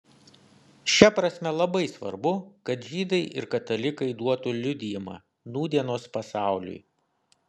šia prasme labai svarbu kad žydai ir katalikai duotų liudijimą nūdienos pasauliui